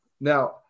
Now